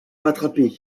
rattraper